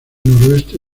noroeste